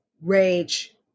Rage